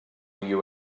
you